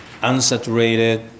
unsaturated